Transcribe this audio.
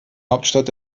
hauptstadt